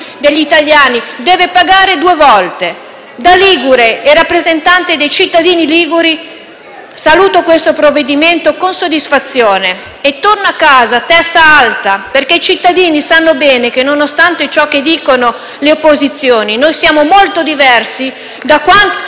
degli italiani deve pagare due volte. Da ligure e rappresentante dei cittadini liguri, saluto questo provvedimento con soddisfazione e torno a casa a testa alta perché i cittadini sanno bene che, nonostante ciò che dicono le opposizioni, noi siamo molto diversi da quanti